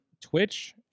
Twitch